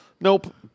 Nope